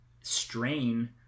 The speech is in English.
strain